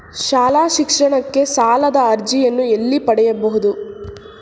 ಶಾಲಾ ಶಿಕ್ಷಣಕ್ಕೆ ಸಾಲದ ಅರ್ಜಿಯನ್ನು ಎಲ್ಲಿ ಪಡೆಯಬಹುದು?